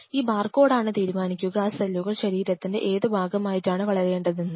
ഈ ബാർകോഡ് ആണ് തീരുമാനിക്കുക ആ സെല്ലുകൾ ശരീരത്തിൻറെ ഏത് ഭാഗമായിട്ടാണ് വളരേണ്ടതെന്ന്